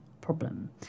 problem